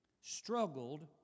struggled